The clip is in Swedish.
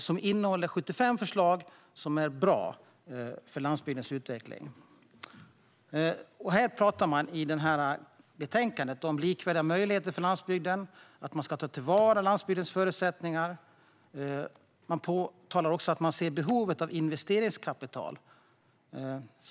Det innehåller 75 förslag som är bra för landsbygden. I betänkandet talar man om likvärdiga möjligheter för landsbygden och om att landsbygdens förutsättningar ska tas till vara. Man påpekar också att man ser ett behov av investeringskapital.